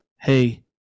hey –